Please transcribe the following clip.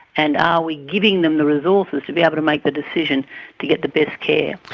and are we giving them the resources to be able to make the decision to get the best care.